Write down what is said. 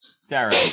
Sarah